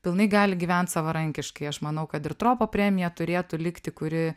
pilnai gali gyvent savarankiškai aš manau kad ir tropo premija turėtų likti kuri